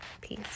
Peace